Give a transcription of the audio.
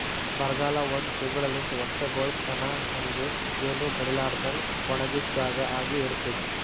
ಬರಗಾಲ ಒಂದ್ ತಿಂಗುಳಲಿಂತ್ ವರ್ಷಗೊಳ್ ತನಾ ಹಂಗೆ ಏನು ಬೆಳಿಲಾರದಂಗ್ ಒಣಗಿದ್ ಜಾಗಾ ಆಗಿ ಇರ್ತುದ್